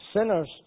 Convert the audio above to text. sinners